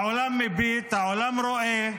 העולם מביט, העולם רואה,